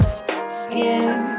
skin